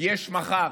יש מחר.